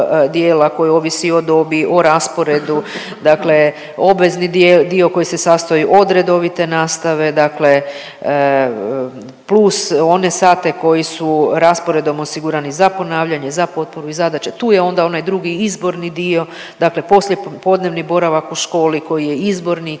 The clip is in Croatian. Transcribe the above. dijela koji ovisi o dobi, o rasporedu, dakle obvezni dio koji se sastoji od redovite nastave dakle plus one sate koji su rasporedom osigurani za ponavljanje, za potporu i zadaće. Tu je onda onaj drugi izborni dio, dakle poslijepodnevni boravak u školi koji je izborni,